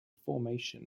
formation